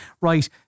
right